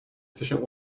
efficient